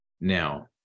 Now